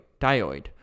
diode